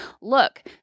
look